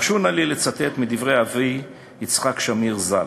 הרשו נא לי לצטט מדברי אבי, יצחק שמיר ז"ל: